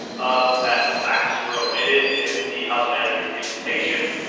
um that facts were omitted in the house managers presentation.